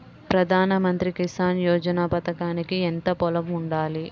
ప్రధాన మంత్రి కిసాన్ యోజన పథకానికి ఎంత పొలం ఉండాలి?